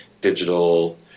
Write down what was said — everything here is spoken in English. digital